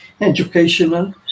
educational